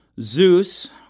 Zeus